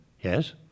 yes